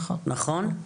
נכון.